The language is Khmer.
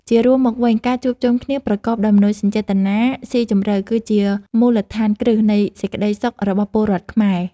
ជារួមមកវិញ ការជួបជុំគ្នាប្រកបដោយមនោសញ្ចេតនាស៊ីជម្រៅ គឺជាមូលដ្ឋានគ្រឹះនៃសេចក្ដីសុខរបស់ពលរដ្ឋខ្មែរ។